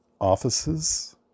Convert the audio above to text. offices